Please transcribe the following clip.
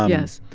yes.